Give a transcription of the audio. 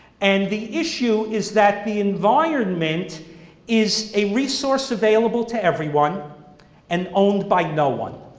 and the issue is that the environment is a resource available to everyone and owned by no one.